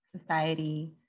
society